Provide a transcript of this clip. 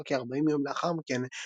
ונפטר כארבעים יום לאחר מכן,